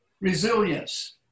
resilience